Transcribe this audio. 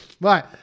Right